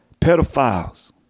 pedophiles